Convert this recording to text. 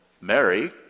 Mary